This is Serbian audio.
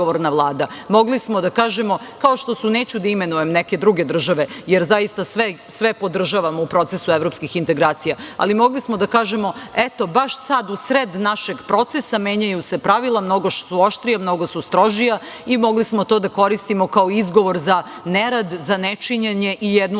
mogli smo da kažemo, kao što su, neću da imenujem, neke druge države, jer zaista sve podržavamo u procesu evropskih integracija, ali mogli smo da kažemo – eto, baš sad, u sred našeg procesa menjaju se pravila, mnogo su oštrija, mnogo su strožija i mogli smo to da koristimo kao izgovor za nerad, za nečinjenje i jednu